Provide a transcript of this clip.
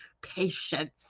patience